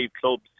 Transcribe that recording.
clubs